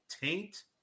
taint